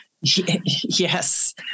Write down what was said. Yes